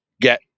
get